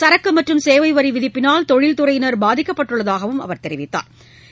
சரக்குமற்றும் சேவைவரிவிதிப்பினால் தொழில்துறையினா் பாதிக்கப்பட்டுள்ளதாகவும் அவர் தெரிவித்தாா்